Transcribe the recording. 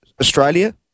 Australia